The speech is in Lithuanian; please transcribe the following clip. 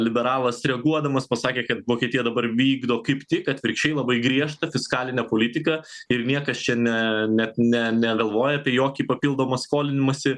liberalas reaguodamas pasakė kad vokietija dabar vykdo kaip tik atvirkščiai labai griežtą fiskalinę politiką ir niekas čia ne net ne negalvoja apie jokį papildomą skolinimąsi